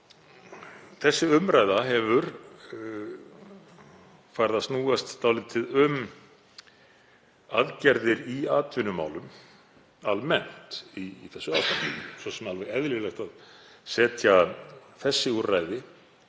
þessi umræða hefur farið að snúast dálítið um aðgerðir í atvinnumálum almennt í þessu ástandi. Það er svo sem eðlilegt að setja þessi úrræði